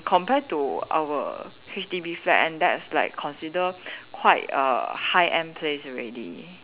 compared to our H_D_B flat and that's like consider quite a high end place already